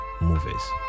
movies